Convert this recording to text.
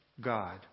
God